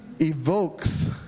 evokes